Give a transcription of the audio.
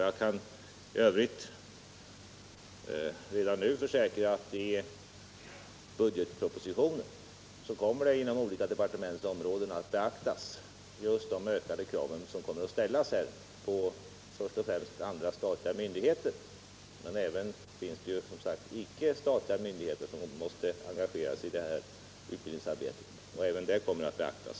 Jag kan i övrigt redan nu försäkra att regeringen i budgetpropositionen inom olika departements områden avser att beakta de ökade krav som kommer att ställas på först och främst andra statliga myndigheter. Men det finns även icke-statliga myndigheter som måste engageras i det här utbildningsarbetet. Även det kommer att beaktas.